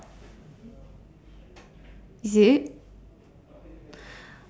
is it